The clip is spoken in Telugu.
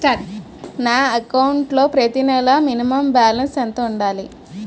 నా అకౌంట్ లో ప్రతి నెల మినిమం బాలన్స్ ఎంత ఉండాలి?